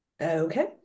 Okay